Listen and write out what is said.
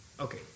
okay